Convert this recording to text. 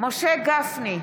משה גפני,